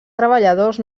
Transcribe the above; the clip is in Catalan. treballadors